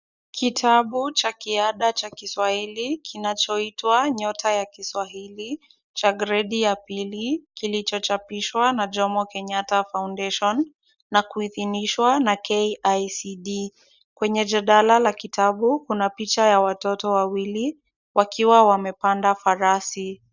Kitabu cha kiada cha kiswahili kinachoitwa nyota ya kiswahili cha gredi ya pili, kilichochapishwa na Jomo Kenyatta foundation na kuidhinishwa na KICD . Kwenye jadala la kitabu, kuna picha ya watoto wawili wakiwa wamepanda farasi.